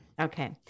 okay